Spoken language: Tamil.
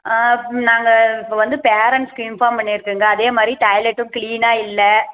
ஆ நாங்கள் இப்போ வந்து பேரண்ட்ஸுக்கு இன்ஃபார்ம் பண்ணிருக்குங்க அதே மாதிரி டாய்லெட்டும் க்ளீனாக இல்லை